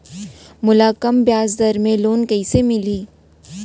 मोला कम ब्याजदर में लोन कइसे मिलही?